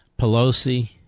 Pelosi